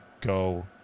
go